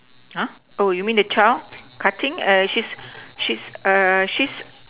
!huh! oh you mean the child cutting err she's she's err she's